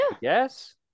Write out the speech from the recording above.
Yes